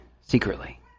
secretly